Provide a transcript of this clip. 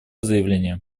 заявление